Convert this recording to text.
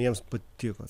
jiems patiko